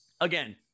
Again